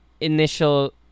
initial